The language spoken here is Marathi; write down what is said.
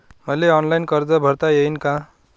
मले ऑनलाईन कर्ज भरता येईन का?